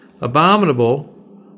abominable